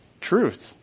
truth